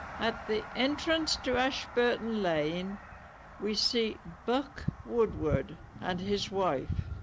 at the entrance to ashburton lane we see buck woodward and his wife